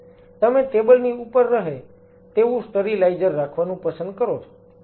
તમે ટેબલ ની ઉપર રહે તેવું સ્ટરીલાઈઝર રાખવાનું પસંદ કરો છો